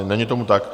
Není tomu tak.